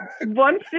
one